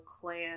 clan